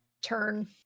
turn